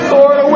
Lord